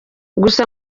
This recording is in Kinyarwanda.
gusa